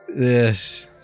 Yes